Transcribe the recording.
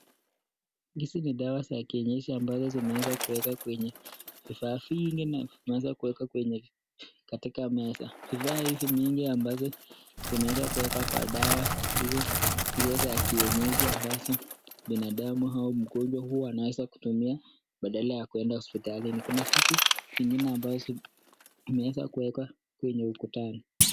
Hizi ni dawa za kienyeji ambazo zimeweza kuwekwa kwenye vifaa vingi, na zimeweza kuwekwa kwenye katika meza. Vifaa hivi mingi ambazo zinaweza kuwekwa kwa dawa hizo za kienyeji ambazo binadamu au mgonjwa uwa anaweza kutumia badala ya kuenda hospitalini. Kuna vitu vingine ambazo zimeweza kuwekwa kwenye ukutani.